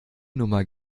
nummer